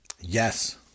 yes